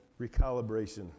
recalibration